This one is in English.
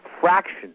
fraction